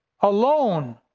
alone